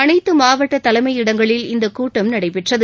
அனைத்து மாவட்ட தலைமையிடங்களில் இந்தக் கூட்டம் நடைபெற்றது